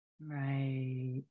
right